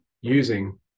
using